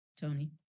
Tony